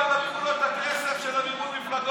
גם לקחו לו את הכסף של מימון מפלגות.